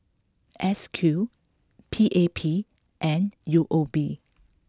S Q P A P and U O B